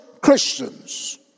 Christians